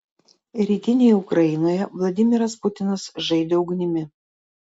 rytinėje ukrainoje vladimiras putinas žaidė ugnimi